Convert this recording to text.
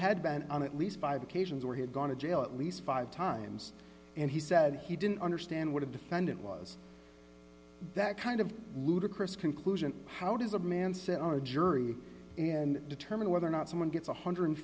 had been on at least five occasions where he had gone to jail at least five times and he said he didn't understand what a defendant was that kind of ludicrous conclusion how does a man sit on a jury and determine whether or not someone gets one hundred and